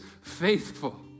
faithful